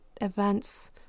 events